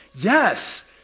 Yes